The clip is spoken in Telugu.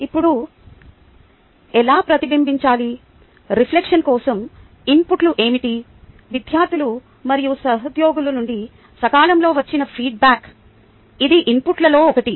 ఇప్పుడు ఎలా ప్రతిబింబించాలి రిఫ్లెక్షన్ కోసం ఇన్పుట్లు ఏమిటి విద్యార్థులు మరియు సహోద్యోగుల నుండి సకాలంలో వచ్చిన ఫీడ్బ్యాక్ ఇది ఇన్పుట్లలో ఒకటి